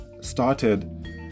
started